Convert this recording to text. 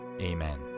Amen